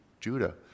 Judah